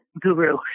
guru